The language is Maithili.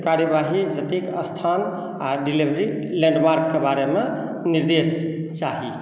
कार्यवाहिक सटीक स्थान आ डिलेवरी लैण्ड मार्कके बारेमे निर्देश चाही